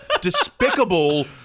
despicable